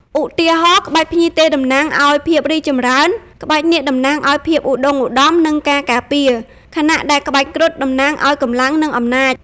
ឧទាហរណ៍ ក្បាច់ភ្ញីទេសតំណាងឱ្យភាពរីកចម្រើន ក្បាច់នាគតំណាងឱ្យភាពឧត្តុង្គឧត្តម និងការការពារ ខណៈដែលក្បាច់គ្រុឌតំណាងឱ្យកម្លាំង និងអំណាច។